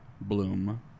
Bloom